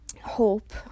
hope